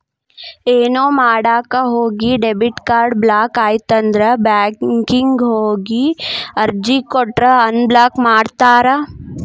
ಏನೋ ಮಾಡಕ ಹೋಗಿ ಡೆಬಿಟ್ ಕಾರ್ಡ್ ಬ್ಲಾಕ್ ಆಯ್ತಂದ್ರ ಬ್ಯಾಂಕಿಗ್ ಹೋಗಿ ಅರ್ಜಿ ಕೊಟ್ರ ಅನ್ಬ್ಲಾಕ್ ಮಾಡ್ತಾರಾ